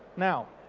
now